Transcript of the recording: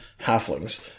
halflings